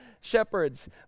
shepherds